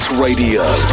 Radio